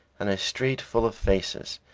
in a street full of faces,